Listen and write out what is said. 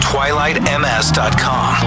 TwilightMS.com